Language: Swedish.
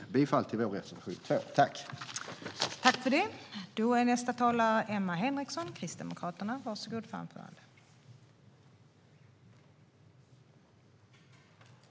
Jag yrkar bifall till vår reservation, reservation 2.